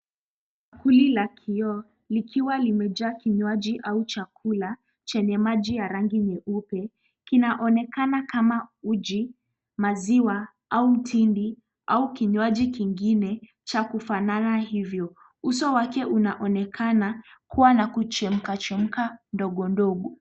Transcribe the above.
Bakuli la kioo likiwa limejaa kinywaji au chakula chenye maji ya rangi nyeupe. Kinaonekana kama uji, maziwa, au mtindi au kinywaji kingine cha kufanana hivyo. Uso wake unaonekana kuwa na kuchemkachemka ndogo ndogo.